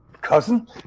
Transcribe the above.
cousin